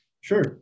Sure